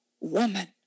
woman